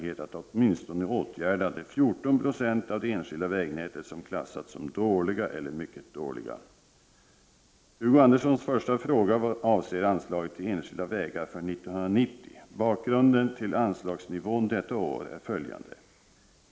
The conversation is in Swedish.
Hugo Anderssons första fråga avser anslaget till enskilda vägar för 1990. Bakgrunden till anslagsnivån detta år är följande.